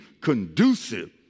conducive